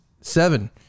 seven